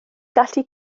gallu